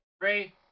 Three